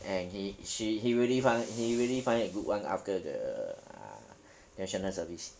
and he she he really find he really find a good one after the uh national service